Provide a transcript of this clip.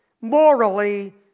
morally